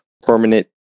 Permanent